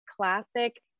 classic